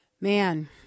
Man